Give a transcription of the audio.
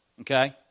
Okay